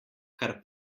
kar